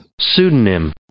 pseudonym